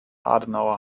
adenauer